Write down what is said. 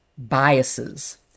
biases